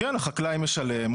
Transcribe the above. כן, החקלאי משלם.